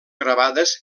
gravades